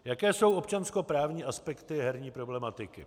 Jaké jsou občanskoprávní aspekty herní problematiky?